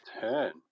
turn